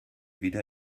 wieder